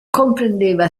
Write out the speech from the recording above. comprendeva